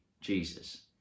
Jesus